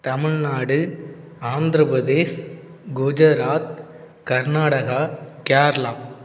Tamil Nadu Andhra Pradesh Gujarat Karnataka Kerala